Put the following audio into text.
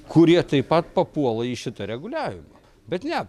kurie taip pat papuola į šitą reguliavimą bet ne